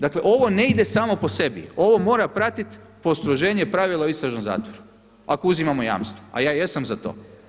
Dakle ovo ne ide samo po sebi, ovo mora pratiti postroženje pravila o istražnom zatvoru, ako uzimamo jamstva, a ja jesam za to.